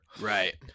Right